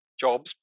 jobs